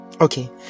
Okay